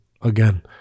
again